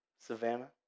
Savannah